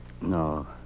No